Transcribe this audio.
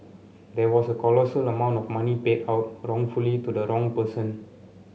there was a colossal amount of money paid out wrongfully to the wrong person